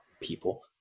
people